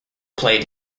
played